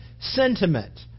sentiment